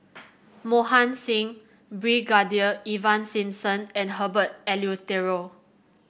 Mohan Singh Brigadier Ivan Simson and Herbert Eleuterio